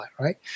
right